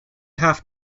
half